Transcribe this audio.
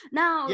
now